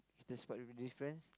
the spot will be different